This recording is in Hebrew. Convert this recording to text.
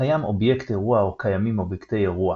קיים אובייקט אירוע או קיימים אובייקטי אירוע